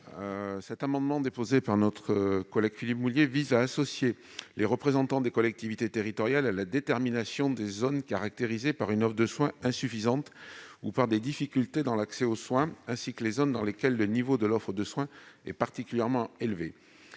Cet amendement, déposé sur l'initiative de notre collègue Philippe Mouiller, vise à associer les représentants des collectivités territoriales à la détermination des zones caractérisées par une offre de soins insuffisante ou par des difficultés dans l'accès aux soins, ainsi que les zones dans lesquelles le niveau de l'offre de soins est particulièrement élevé.